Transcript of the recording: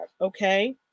okay